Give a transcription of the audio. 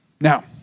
Now